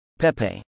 Pepe